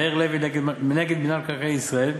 מאיר לוי נגד מינהל מקרקעי ישראל,